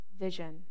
vision